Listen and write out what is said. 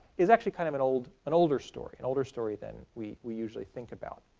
is actually kind of an older an older story an older story than we we usually think about.